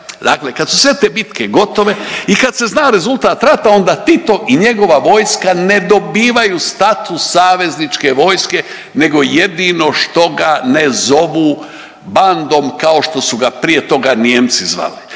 Dakle, kad su sve te bitke gotove i kad se zna rezultat rata, onda Tito i njegova vojska ne dobivaju status savezničke vojske nego jedino što ga ne zovu bandom kao što su ga prije toga Nijemci zvali.